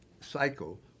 cycle